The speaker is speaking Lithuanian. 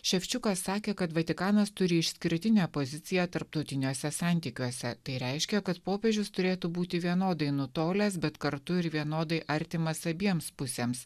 ševčiukas sakė kad vatikanas turi išskirtinę poziciją tarptautiniuose santykiuose tai reiškia kad popiežius turėtų būti vienodai nutolęs bet kartu ir vienodai artimas abiems pusėms